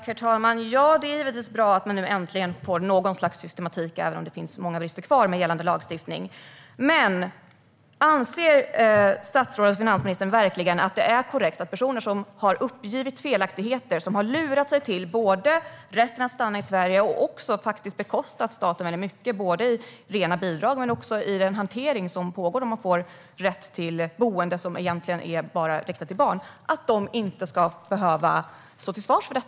Herr talman! Ja, det är givetvis bra att man nu äntligen får något slags systematik, även om det finns många brister kvar med gällande lagstiftning. Men anser finansministern verkligen att det är korrekt att personer som har uppgivit felaktigheter inte ska behöva stå till svars för detta? Det är ju personer som har lurat sig till rätten att stanna i Sverige, vilket har kostat staten väldigt mycket i rena bidrag men också i fråga om den hantering som pågår, och fått rätt till boende som egentligen bara är riktat till barn.